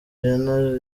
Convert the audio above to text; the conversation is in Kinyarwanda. jenner